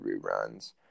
reruns